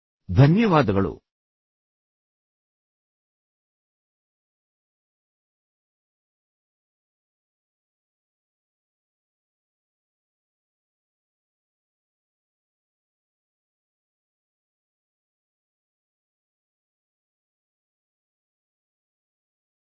ಧನ್ಯವಾದಗಳು